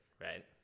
right